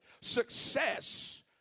Success